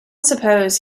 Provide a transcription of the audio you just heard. suppose